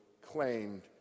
claimed